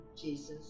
Jesus